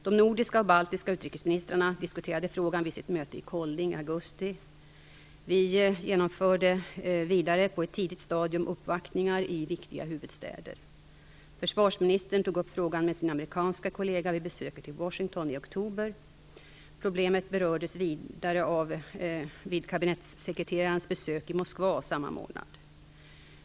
De nordiska och baltiska utrikesministrarna diskuterade frågan vid sitt möte i Kolding i augusti. Vi genomförde vidare på ett tidigt stadium uppvaktningar i viktiga huvudstäder. Försvarsministern tog upp frågan med sin amerikanske kollega vid besöket i Washington i oktober. Problemet berördes vid kabinettssekreterarens besök i Moskva i samma månad.